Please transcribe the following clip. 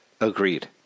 agreed